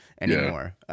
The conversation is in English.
anymore